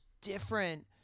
different